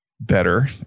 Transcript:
better